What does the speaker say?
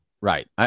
Right